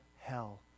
hell